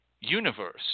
universe